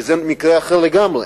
כי זה מקרה אחר לגמרי.